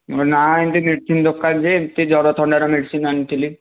ନା ଏମିତି ମେଡ଼ିସିନ ଦୋକାନରେ ଏମିତି ଜ୍ୱର ଥଣ୍ଡାର ମେଡ଼ିସିନ ଆଣିଥିଲି